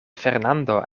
fernando